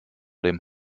dem